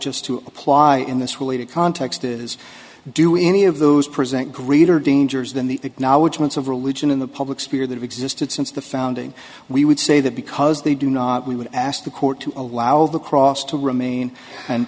just to apply in this really to context is do any of those present greater dangers than the acknowledgements of religion in the public sphere that existed since the founding we would say that because they do not we would ask the court to allow the cross to remain and